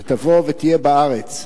שתבוא ותהיה בארץ,